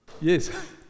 Yes